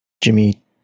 Jimmy